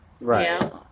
right